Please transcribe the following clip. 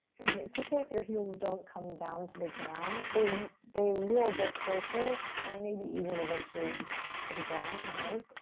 and it's okay if your heels don't come down to the ground. they will they will get closer and maybe even eventually to the ground. who knows?